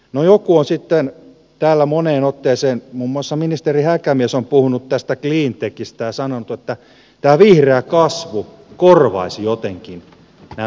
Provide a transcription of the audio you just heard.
no joku on sitten täällä moneen otteeseen muun muassa ministeri häkämies puhunut tästä cleantechistä ja sanonut että tämä vihreä kasvu korvaisi jotenkin nämä menetetyt työpaikat